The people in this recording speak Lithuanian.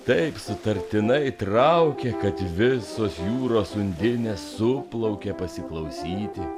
taip sutartinai traukė kad visos jūros undinės suplaukė pasiklausyti